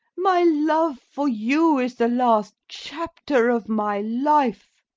my love for you is the last chapter of my life.